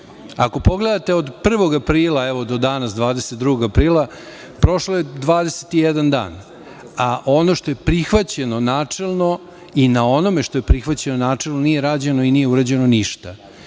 Ako pogledate od 1. aprila do danas, 22. aprila, prošao je 21 dan, a ono što je prihvaćeno načelno i na onome što je prihvaćeno načelno nije rađeno i nije urađeno ništa. Dakle,